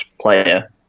player